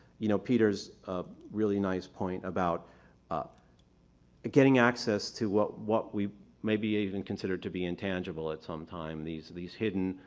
you know, peter's really nice point about getting access to what what we maybe even considered to be intangible at some time, these these hidden,